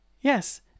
Yes